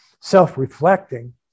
self-reflecting